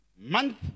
month